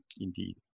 indeed